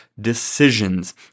decisions